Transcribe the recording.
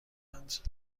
کند